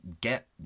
get